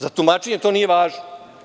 Za tumačenje to nije važno.